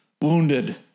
wounded